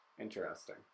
Interesting